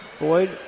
Boyd